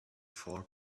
four